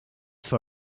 for